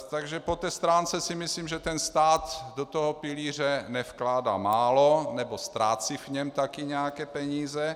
Takže po té stránce si myslím, že ten stát do toho pilíře nevkládá málo nebo ztrácí v něm taky nějaké peníze.